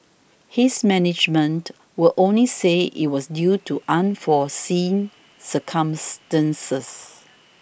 his management would only say it was due to unforeseen circumstances